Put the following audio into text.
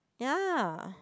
ya